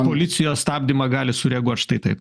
policijos stabdymą gali sureaguot štai taip